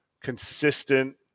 consistent